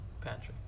Patrick